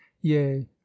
yea